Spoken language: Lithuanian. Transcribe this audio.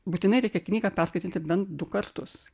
būtinai reikia knygą perskaityti bent du kartus